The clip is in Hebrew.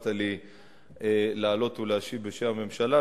שאפשרת לי לעלות ולהשיב בשם הממשלה,